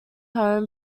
home